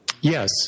Yes